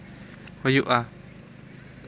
ᱦᱩᱭᱩᱜᱼᱟ